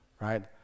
right